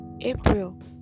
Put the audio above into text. April